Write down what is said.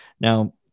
Now